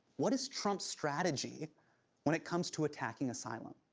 what is trump's strategy when it comes to attacking asylum?